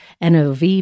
NOV